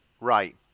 Right